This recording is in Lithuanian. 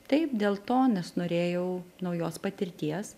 taip dėl to nes norėjau naujos patirties